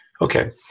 Okay